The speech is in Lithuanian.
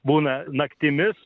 būna naktimis